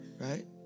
right